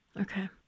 Okay